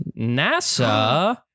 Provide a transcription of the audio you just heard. NASA